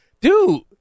Dude